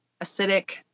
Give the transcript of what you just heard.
acidic